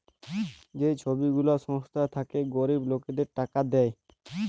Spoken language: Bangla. যে ছব গুলা সংস্থা থ্যাইকে গরিব লকদের টাকা দেয়